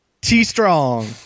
T-strong